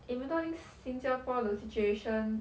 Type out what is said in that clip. even though think 新加坡的 situation